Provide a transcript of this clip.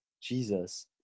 Jesus